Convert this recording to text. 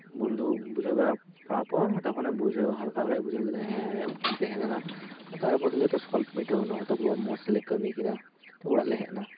ᱵᱚᱱᱫᱷᱩ ᱵᱩᱡᱷᱟᱹᱣ ᱵᱟᱲᱟ ᱯᱚᱨ ᱛᱚᱠᱷᱚᱱᱮᱭ ᱵᱩᱡᱷᱟᱹᱣᱮᱱᱟ ᱦᱟᱞᱠᱟᱼᱦᱟᱞᱠᱟᱭ ᱵᱩᱡᱷᱟᱹᱣᱮᱱᱟ ᱦᱮᱸ ᱟᱭᱟᱜ ᱵᱷᱩᱞ ᱛᱟᱦᱮᱸᱞᱮᱱᱟ ᱛᱟᱨᱯᱚᱨᱮ ᱫᱚ ᱡᱚᱛᱚ ᱥᱚᱞᱵᱷ ᱢᱮᱴᱟᱹᱣᱮᱱᱟ ᱛᱟᱨᱯᱚᱨᱮ ᱢᱚᱸᱡᱽ ᱛᱮᱞᱮ ᱠᱟᱹᱢᱤ ᱠᱮᱫᱟ ᱟᱨ ᱚᱲᱟᱜ ᱞᱮ ᱦᱮᱡ ᱮᱱᱟ